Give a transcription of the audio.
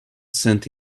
cent